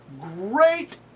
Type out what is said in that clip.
great